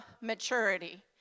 maturity